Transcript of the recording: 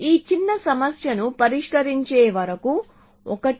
ఈ చిన్న సమస్యను పరిష్కరించే వరకు 1